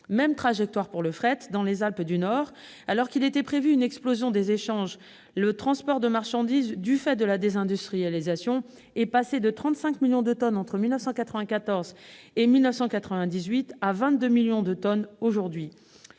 est la même pour le fret dans les Alpes du Nord : alors qu'il était prévu une explosion des échanges, le transport de marchandises, du fait de la désindustrialisation, est passé de 35 millions de tonnes entre 1994 et 1998 à 22 millions de tonnes aujourd'hui.